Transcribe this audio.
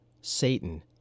Satan